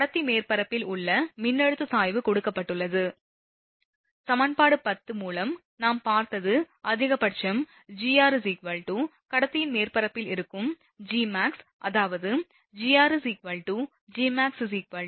கடத்தி மேற்பரப்பில் உள்ள மின்னழுத்த சாய்வு கொடுக்கப்பட்டுள்ளது சமன்பாடு 10 மூலம் நாம் பார்த்தது அதிகபட்சம் Gr கடத்தியின் மேற்பரப்பில் இருக்கும் Gmax அதாவது Gr Gmax q2πεor